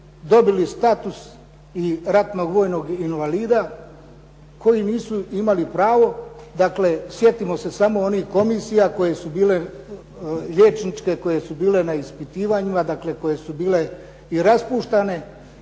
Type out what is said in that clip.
dobili status i ratnog vojnog invalida koji nisu imali pravo. Dakle, sjetimo se samo onih komisija koje su bile liječničke, koje su bile na ispitivanjima, dakle koje su bile i raspuštane.